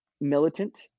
Militant